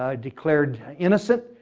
ah declared innocent,